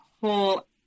whole